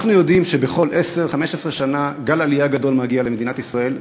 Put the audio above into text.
אנחנו יודעים שבכל 10 15 שנה גל עלייה גדול מגיע למדינת ישראל.